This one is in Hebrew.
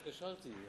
התקשרתי,